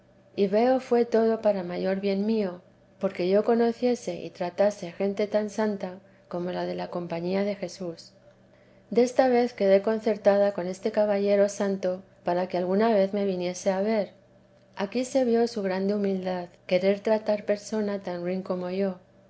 y veo fué todo para mayor bien mío porque yo conociese y tratase gente tan santa como la de la compañía de jesús desta vez quedé concertada con este caballero santo para que alguna vez me viniese a ver aquí se vio su grande humildad querer tratar persona tan ruin como yo